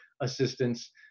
assistance